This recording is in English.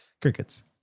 crickets